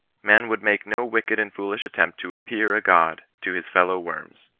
man would make no wicked and foolish attempt to appear a god to his fellow-worms.